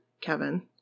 kevin